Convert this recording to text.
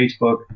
Facebook